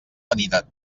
vanitat